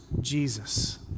Jesus